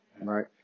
Right